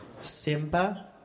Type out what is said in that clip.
Simba